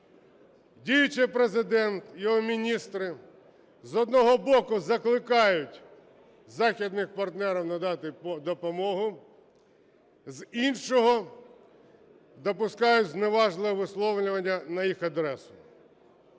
Діючий Президент, його міністри, з одного боку, закликають західних партнерів надати допомогу, з іншого – допускають зневажливе висловлювання на їх адресу.